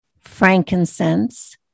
frankincense